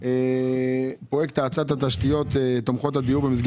פרויקט האצת התשתיות תומכות הדיור במסגרת